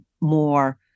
more